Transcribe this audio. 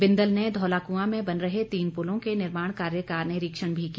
बिंदल ने धौलाकुंआ में बन रहे तीन पुलों के निर्माण कार्यो का निरीक्षण भी किया